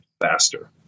faster